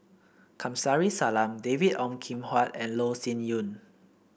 Kamsari Salam David Ong Kim Huat and Loh Sin Yun